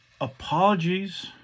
apologies